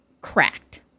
cracked